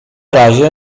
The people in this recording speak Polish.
razie